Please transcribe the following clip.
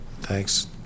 thanks